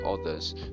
others